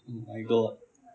oh my god